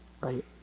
right